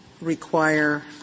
require